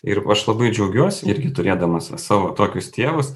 ir aš labai džiaugiuosi irgi turėdamas savo tokius tėvus